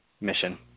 mission